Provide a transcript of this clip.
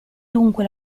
dunque